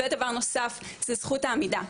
דבר נוסף זה זכות העמידה,